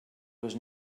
was